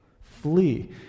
Flee